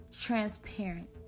Transparent